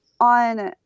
on